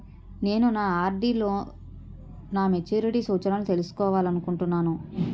నేను నా ఆర్.డి లో నా మెచ్యూరిటీ సూచనలను తెలుసుకోవాలనుకుంటున్నాను